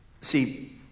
See